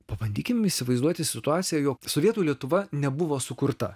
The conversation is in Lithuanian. pabandykim įsivaizduoti situaciją jog sovietų lietuva nebuvo sukurta